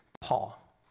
Paul